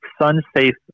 sun-safe